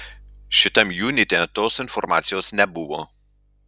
šitam junite tos informacijos nebuvo